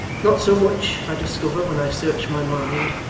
not so much, i discover when i search my mind,